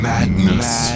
Madness